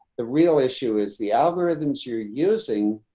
the real issue is the algorithms you're using,